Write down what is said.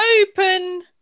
open